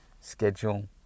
Schedule